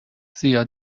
زیاد